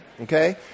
Okay